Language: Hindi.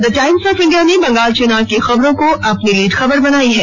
द टाइम्स ऑफ इंडिया ने बंगाल चुनाव की खबरों को अपनी लीड बनायी है